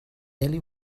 ellie